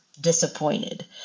disappointed